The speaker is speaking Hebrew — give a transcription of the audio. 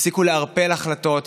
תפסיקו לערפל החלטות,